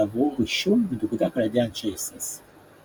ועברו רישום מדוקדק על ידי אנשי אס אס.